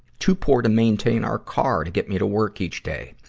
too poor to maintain our car to get me to work each day.